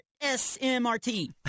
S-M-R-T